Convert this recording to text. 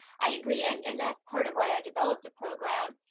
i agree. and and that's part of why i developed a program.